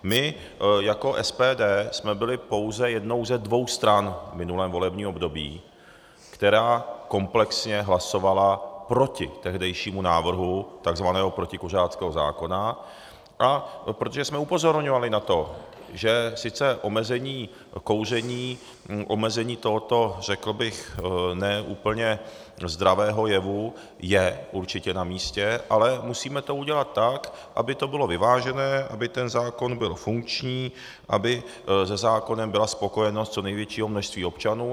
My jako SPD jsme byli pouze jednou ze dvou stran v minulém volebním období, která komplexně hlasovala proti tehdejšímu návrhu tzv. protikuřáckého zákona, protože jsme upozorňovali na to, že sice omezení kouření, omezení tohoto, řekl bych, ne úplně zdravého jevu je určitě namístě, ale musíme to udělat tak, aby to bylo vyvážené, aby ten zákon byl funkční, aby se zákonem byla spokojenost co největšího množství občanů.